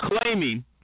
claiming